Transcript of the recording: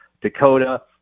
Dakota